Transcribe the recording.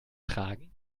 tragen